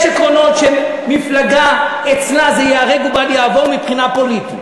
יש עקרונות שאצל מפלגה זה ייהרג ובל יעבור מבחינה פוליטית.